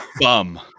bum